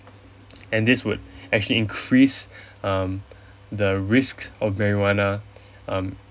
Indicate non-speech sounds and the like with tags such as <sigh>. <noise> and this would actually increase <breath> um the risk of marijuana um